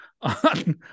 on